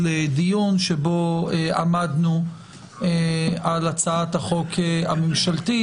דיון שבו עמדנו על הצעת החוק הממשלתית.